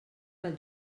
pel